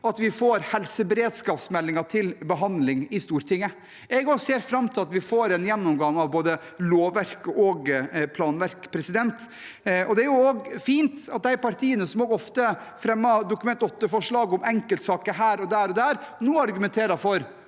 at vi får helseberedskapsmeldingen til behandling i Stortinget, og jeg ser fram til at vi får en gjennomgang av både lovverk og planverk. Det er fint at de partiene som ofte fremmer Dokument 8-forslag om enkeltsaker her og der, nå argumenterer for